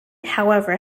however